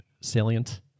salient